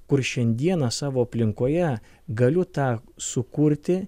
kur šiandieną savo aplinkoje galiu tą sukurti